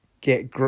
get